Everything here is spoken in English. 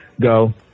go